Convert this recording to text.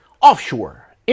offshore